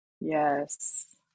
Yes